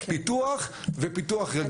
פיתוח ופיתוח רגיל.